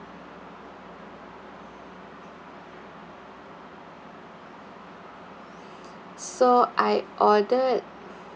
so I ordered